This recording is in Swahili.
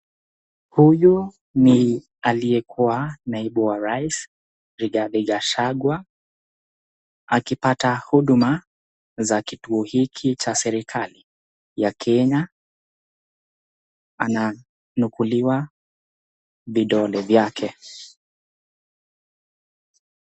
Huyu ni aliyekuwa naibu wa rais Rigathi Gachagua ,akipata huduma za kituo hiki cha serikali ya kenya, ananukuliwa vidole vyake.